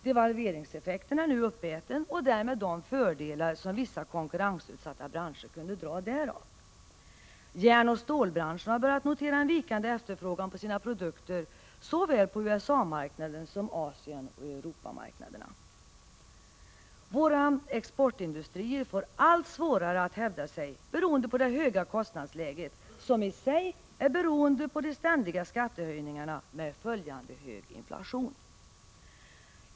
Devalveringseffekten är nu uppäten och därmed de fördelar som vissa konkurrensutsatta branscher kunnat dra därav. Järnoch stålbranschen har börjat notera en vikande efterfrågan på sina produkter på såväl USA-marknaden som Asienoch Europamarknaderna. Våra exportindustrier får allt svårare att hävda sig på grund av det höga kostnadsläget, som i sig är beroende av de ständiga skattehöjningarna med följande hög inflation.